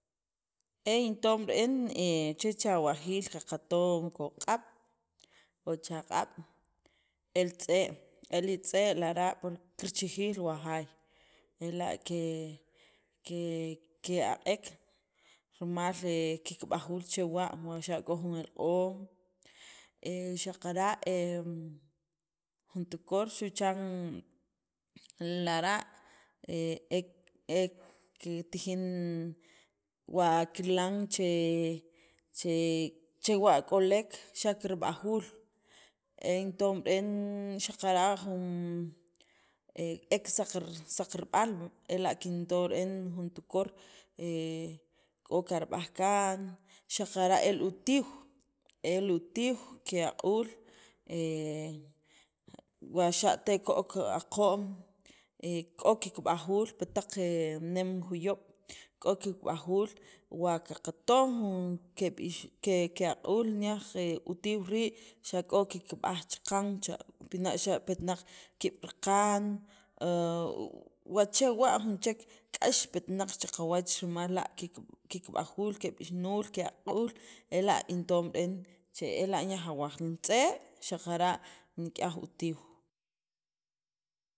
E in tom re'en he chech awajiil qaqaton ko'qq'ab', o chaq'ab', el tz'e', e li tz'e' lara' kirchijij wa jaay, ela' ke ke ke'aq'ek rimal he kikb'ajuul chewa' wa xa' k'o jun elq'om, xaqara' he jun tukor xu' chan lara' e he kitijin wa kirilan che chewa' k'olek xa' kirb'ajuul, e in tom re'en xaqara' jun e kisaqarb'al e kinto re'en jun tukor xa' k'o kirb'aj kaan. Xaqara' li utiiw, el utiiw ke'aq'uul he wa xe' te ko'k aqo'm he k'o kikb'ajuul pi taq nem juyob' k'o kikb'ajuul wa qaqton jun keb'ix, ke'aq'uul aj utiiw rii', xa' k'o kikb'aj chaqan cha' pina' xa' petnaq kiib' raqan, wa chewa' jun chek k'ax petnaq cha qawach, rimal la' kikb'ajuul, keb'ixnuul ke'aq'uul ela' in tom re'en che ela' nik'yaj awaj li tz'e' xaqara' nik'yaj utiiw.